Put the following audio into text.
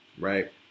right